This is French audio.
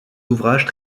ouvrages